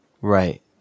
Right